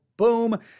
Boom